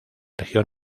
región